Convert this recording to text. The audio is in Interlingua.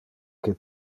que